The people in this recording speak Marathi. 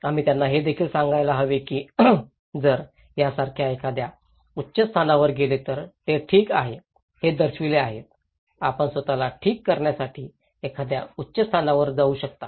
आम्ही त्यांना हे देखील सांगायला हवे की जर ते यासारख्या एखाद्या उच्च स्थानावर गेले तर ते ठीक आहे हे दर्शवित आहेत आपण स्वत ला ठीक करण्यासाठी एखाद्या उच्च स्थानावर जाऊ शकता